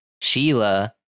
Sheila